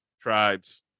tribes